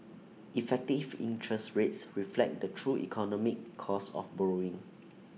effective interest rates reflect the true economic cost of borrowing